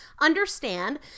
Understand